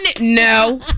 No